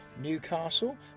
Newcastle